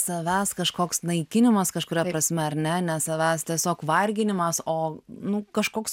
savęs kažkoks naikinimas kažkuria prasme ar ne savęs tiesiog varginimas o nu kažkoks